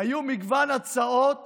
היו מגוון הצעות